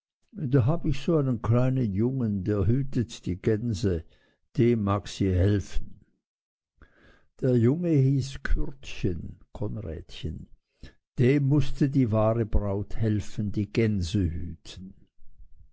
da hab ich so einen kleinen jungen der hütet die gänse dem mag sie helfen der junge hieß kürdchen konrädchen dem mußte die wahre braut helfen gänse hüten